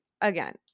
again